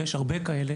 ויש הרבה כאלה